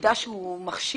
מידע מחשיד,